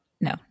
no